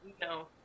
No